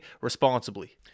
responsibly